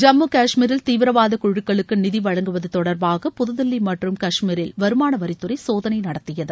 ஜம்மு கஷ்மீரில் தீவிரவாத குழுக்களுக்கு நிதி வழங்குவது தொடர்பாக புதுதில்லி மற்றும் கஷ்மீரில் வருமான வரித்துறை சோதனை நடத்தியது